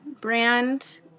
brand